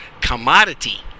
commodity